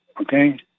okay